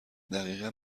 دقیقا